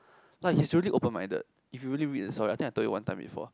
no he is really open minded if you really read the story I think I told you one time before